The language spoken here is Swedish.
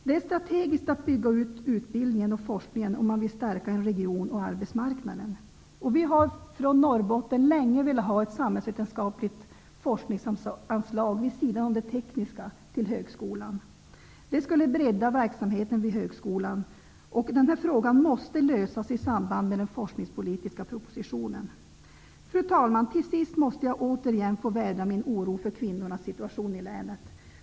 Det är strategiskt att bygga ut utbildningen och forskningen om man vill stärka en region och arbetsmarknaden. Vi har från Norrbotten länge velat ha ett samhällsvetenskapligt forskningsanslag vid sidan av det tekniska till högskolan. Det skulle bredda verksamheten vid högskolan. Den frågan måste lösas i samband med den forskningspolitiska propositionen. Fru talman! Till sist måste jag återigen få vädra min oro för kvinnornas situation i länet.